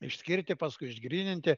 išskirti paskui išgryninti